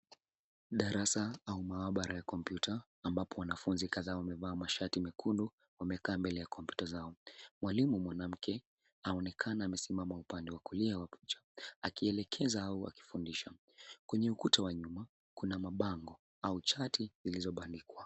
Darasa au maabara ya kompyuta ambapo wanafunzi kadhaa wamevaa mashati mekundu wamekaa mbele ya kompyuta zao. Mwalimu mwanamke aonekana amesimama upande wa kulia akielekeza au akifundisha. Kwenye ukuta wa nyuma kuna mabango au chati zilizo bandikwa.